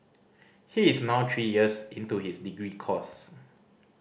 he is now three years into his degree course